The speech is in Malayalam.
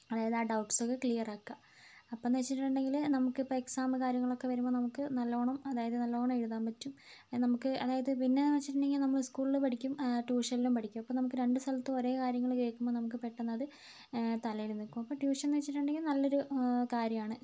അതായത് ആ ഡൗട്സൊക്കെ ക്ലിയർ ആക്കാ അപ്പന്ന് വെച്ചിട്ടുണ്ടെങ്കിൽ നമുക്കിപ്പോൾ എക്സാമ് കാര്യങ്ങളൊക്കെ വരുമ്പോൾ നമുക്ക് നല്ലോണം അതായത് നല്ലോണം എഴുതാൻ പറ്റും അതിന് നമുക്ക് അതായത് പിന്നേന്ന് വെച്ചിട്ടുണ്ടെങ്കിൽ നമ്മൾ സ്കൂളിൽ പഠിക്കും ട്യൂഷനിലും പഠിക്കും അപ്പോൾ നമുക്ക് രണ്ട് സ്ഥലത്തും ഒരേ കാര്യങ്ങൾ കേൾക്കുമ്പോൾ നമുക്ക് പെട്ടന്നത് തലയിൽ നിക്കും അപ്പോൾ ട്യൂഷൻന്ന് വെച്ചിട്ടുണ്ടെങ്കിൽ നല്ലൊരു കാര്യമാണ്